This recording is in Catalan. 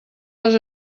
les